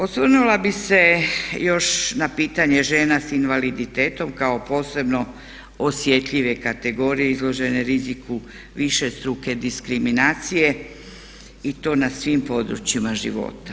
Osvrnula bih se još na pitanje žena s invaliditetom kao posebno osjetljive kategorije izložene riziku višestruke diskriminacije i to na svim područjima života.